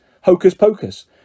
Hocus-pocus